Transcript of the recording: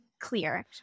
clear